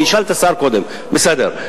אני אשאל את השר קודם, בסדר.